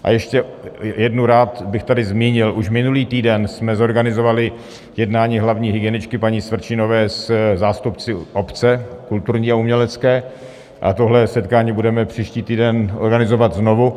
A ještě bych tu jednou rád zmínil: už minulý týden jsme zorganizovali jednání hlavní hygieničky paní Svrčinové se zástupci obce kulturní a umělecké a tohle setkání budeme příští týden organizovat znovu.